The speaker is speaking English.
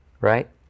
Right